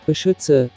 Beschütze